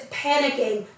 panicking